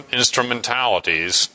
instrumentalities